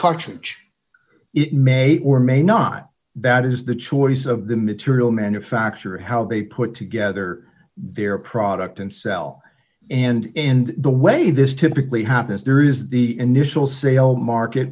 cartridge it may or may not that is the choice of the material manufacturer how they put together their product and sell and in the way this typically happens there is the initial sale market